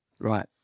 Right